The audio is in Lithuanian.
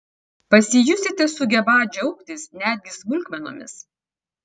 pasijusite sugebą džiaugtis netgi smulkmenomis